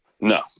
No